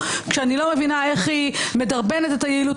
אני לא מבינה איך ההצעה הזו מדרבנת את היעילות